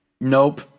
Nope